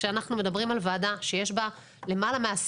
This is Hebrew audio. כשאנחנו מדברים על ועדה שיש בה למעלה מ-10